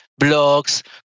blogs